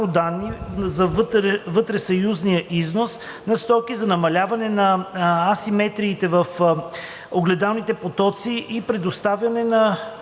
микроданни за вътресъюзния износ на стоки, за намаляване на асиметриите в огледалните потоци и предоставяне на